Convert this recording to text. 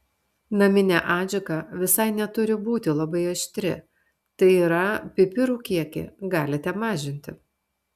naminė adžika visai neturi būti labai aštri tai yra pipirų kiekį galite mažinti